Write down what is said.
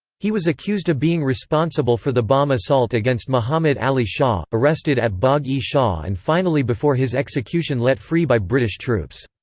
he was accused of being responsible for the bomb assault against mohammad ali shah, arrested at bagh-e shah and finally before his execution let free by british troops.